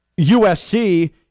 USC